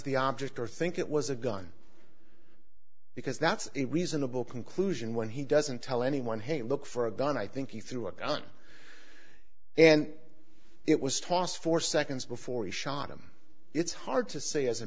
the object or think it was a gun because that's a reasonable conclusion when he doesn't tell anyone hey look for a gun i think he threw a gun and it was tossed four seconds before he shot him it's hard to say as a